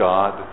God